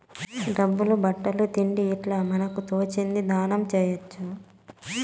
డబ్బులు బట్టలు తిండి ఇట్లా మనకు తోచింది దానం చేయొచ్చు